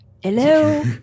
hello